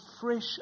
fresh